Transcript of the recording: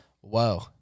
Whoa